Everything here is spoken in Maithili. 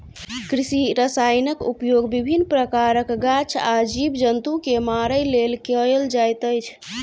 कृषि रसायनक उपयोग विभिन्न प्रकारक गाछ आ जीव जन्तु के मारय लेल कयल जाइत अछि